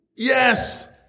Yes